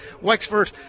Wexford